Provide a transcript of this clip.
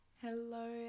hello